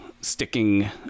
sticking